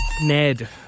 Ned